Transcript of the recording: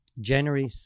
January